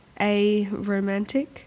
aromantic